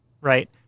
right